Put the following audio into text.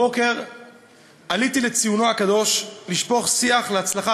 הבוקר עליתי לציונו הקדוש לשפוך שיח להצלחת